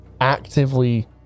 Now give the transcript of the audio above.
actively